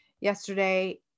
yesterday